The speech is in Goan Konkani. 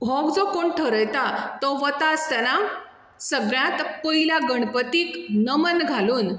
हो जो कोण ठरयता तो वता आसतना सगळ्यांत पयल्या गणपतीक नमन घालून